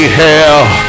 hell